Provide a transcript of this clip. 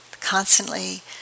Constantly